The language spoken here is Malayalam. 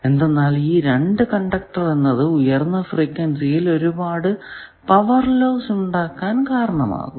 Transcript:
എന്തെന്നാൽ ഈ 2 കണ്ടക്ടർ എന്നത് ഉയർന്ന ഫ്രീക്വെൻസിയിൽ ഒരുപാടു പവർ ലോസ് ഉണ്ടാകാൻ കാരണമാകും